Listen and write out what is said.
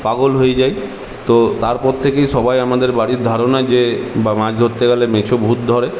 পাগল হয়ে যায় তো তারপর থেকেই সবাই আমাদের বাড়ির ধারণা যে বা মাছ ধরতে গেলে মেছো ভূত ধরে